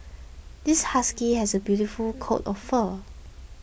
this husky has a beautiful coat of fur